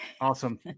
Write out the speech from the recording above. awesome